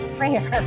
prayer